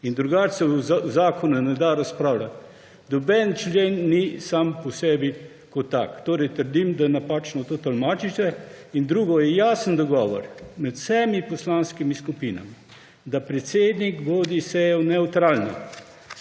In drugače se o zakonu ne da razpravljati. Noben členi ni sam po sebi kot tak. Torej, trdim, da napačno to tolmačite. In drugo, jasen dogovor med vsemi poslanskimi skupinami, da predsednik vodi sejo nevtralno.